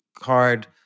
card